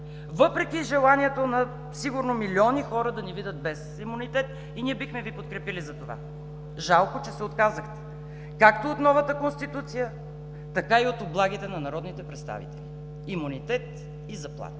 въпреки желанието на сигурно милиони хора да ни видят без имунитет, и ние бихме Ви подкрепили за това. Жалко, че се отказахте както от новата Конституция, така и от облагите на народните представители – имунитет и заплати.